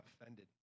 offended